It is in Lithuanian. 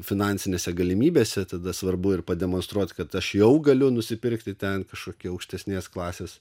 finansinėse galimybėse tada svarbu ir pademonstruoti kad aš jau galiu nusipirkti ten kažkokį aukštesnės klasės